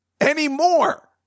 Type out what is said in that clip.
anymore